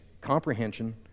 comprehension